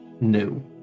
new